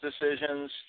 decisions